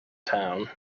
town